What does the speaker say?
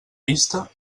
vista